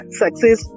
success